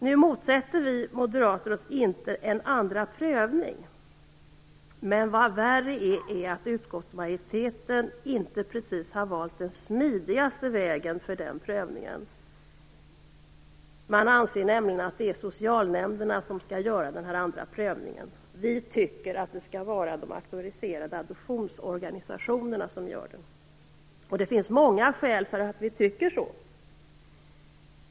Nu motsätter vi moderater oss inte en andra prövning, men dessvärre har utkskottsmajoriteten inte precis valt den smidigaste vägen. Man anser att det är socialnämnderna som skall göra denna andra prövning. Vi tycker att den skall göras av de auktoriserade adoptionsorganisationerna. Och det finns många skäl till att vi tycker så.